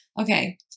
Okay